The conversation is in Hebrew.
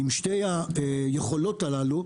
עם שתי היכולות הללו,